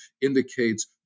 indicates